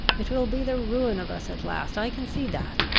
it will be the ruin of us at last, i can see that!